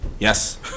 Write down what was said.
Yes